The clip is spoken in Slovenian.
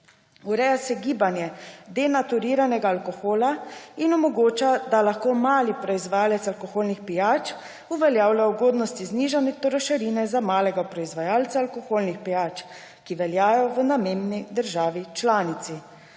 Ureja se gibanje denaturiranega alkohola in omogoča, da lahko mali proizvajalec alkoholnih pijač uveljavlja ugodnosti znižane trošarine za malega proizvajalca alkoholnih pijač, ki veljajo v namembni državi članici.